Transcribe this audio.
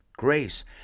grace